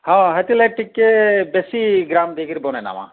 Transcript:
ହଁ ସେଥି ଲାଗି ଟିକେ ବେଶୀ ଗ୍ରାମ ଦେଇକିରି ବନେଇ ନବା